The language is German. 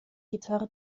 gitarre